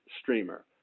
streamer